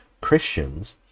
Christians